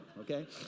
okay